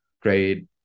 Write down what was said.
great